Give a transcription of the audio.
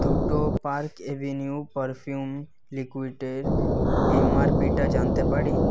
দুটো Park Avenue perfume লিক্যুইডের M R পিটা জানতে পারি